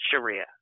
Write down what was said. Sharia